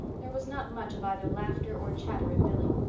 there was not much of either laughter or chatter in billy.